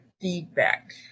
feedback